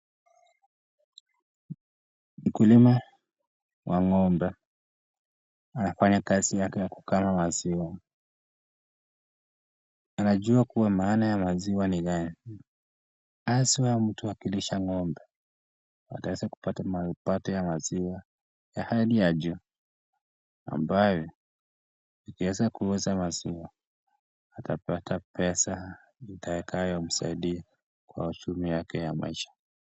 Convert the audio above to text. Mkulima wa ng'ombe anafanya kazi yake ya kukama maziwa. Anajua kuwa maana ya maziwa ni gani haswa mtu akilisha ng'ombe ataweza kupata mapato ya maziwa ya hali ya juu ambayo ikiweza kuuza maziwa atapata pesa itakayomsaidia kwa uchumi yake ya maisha.